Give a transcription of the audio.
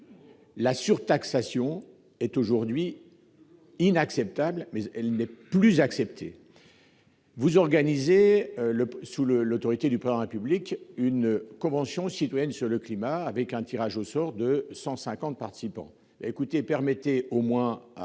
La surtaxation est aujourd'hui inacceptable et elle n'est plus acceptée. Vous organisez, sous l'autorité du Président de la République, une Convention citoyenne sur le climat, avec un tirage au sort de 150 participants.